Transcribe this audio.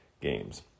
games